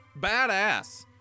Badass